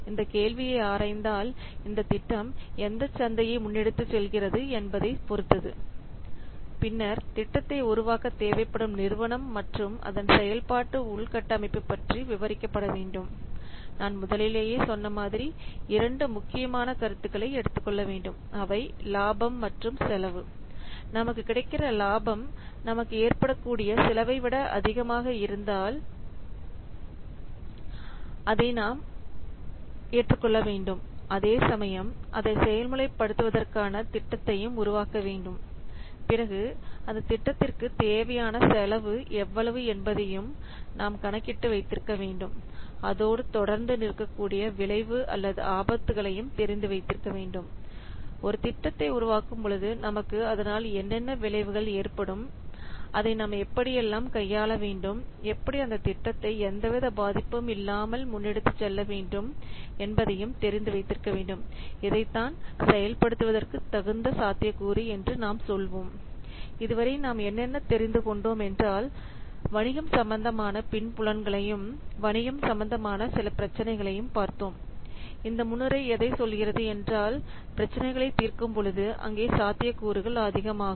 இந்த கேள்வியை ஆராய்ந்தால் இந்த திட்டம் எந்த சந்தையை முன்னெடுத்துச் செல்கிறது என்பதை பொறுத்தது பின்னர் திட்டத்தை உருவாக்க தேவைப்படும் நிறுவனம் மற்றும் அதன் செயல்பாட்டு உள்கட்டமைப்பு பற்றி விவரிக்க படவேண்டும் நான் முதலிலேயே சொல்லியபடி இரண்டு முக்கியமான கருத்துக்களை எடுத்துக்கொள்ள வேண்டும் அவை லாபம் மற்றும் செலவு நமக்கு கிடைக்கிற லாபம் நமக்கு ஏற்படக்கூடிய செலவை விட அதிகமாக இருக்க வேண்டும் அதேசமயம் அதை செயல்முறை படுத்துவதற்கான திட்டத்தையும் உருவாக்க வேண்டும் பிறகு அந்தத் திட்டத்திற்கு தேவையான செலவு எவ்வளவு என்பதையும் நாம் கணக்கிட்டு வைத்திருக்க வேண்டும் அதோடு தொடர்ந்து நிற்கக்கூடிய விளைவு அல்லது ஆபத்துகளையும் தெரிந்து வைத்திருக்க வேண்டும் ஒரு திட்டத்தை உருவாக்கும் பொழுது நமக்கு அதனால் என்னென்ன விளைவுகள் ஏற்படும் அதை நாம் எப்படி எல்லாம் கையாள வேண்டும் எப்படி அந்த திட்டத்தை எந்த வித பாதிப்பும் இல்லாமல் முன்னெடுத்து செல்ல வேண்டும் என்பதையும் தெரிந்து வைத்திருக்க வேண்டும் இதைத்தான் செயல்படுத்துவதற்கு தகுந்த சாத்தியக்கூறு என்று நாம் சொல்வோம் இதுவரை நாம என்னதெரிந்து கொண்டோம் என்றால் வணிகம் சம்பந்தமான பின் புலன்களையும் வணிகம் சம்பந்தமான சில பிரச்சினைகளையும் பார்த்தோம இந்த முன்னுரை எதை சொல்கிறது என்றால் பிரச்சனைகளை தீர்க்கும் பொழுது அங்கே சாத்தியக்கூறுகள் அதிகமாகும்